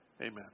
Amen